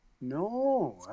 no